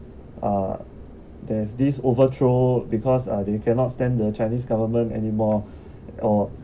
uh there's this overthrow because uh they cannot stand the chinese government anymore or